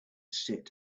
sit